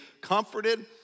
comforted